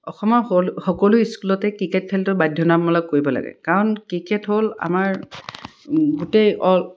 অসমৰ সকলো স্কুলতে ক্ৰিকেট খেলটো বাধ্যতামূলক কৰিব লাগে কাৰণ ক্ৰিকেট হ'ল আমাৰ গোটেই অল